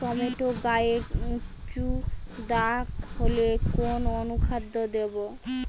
Tomato গায়ে উচু দাগ হলে কোন অনুখাদ্য দেবো?